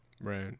right